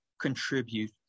contribute